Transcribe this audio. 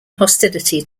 hostility